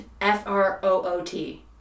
f-r-o-o-t